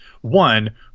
one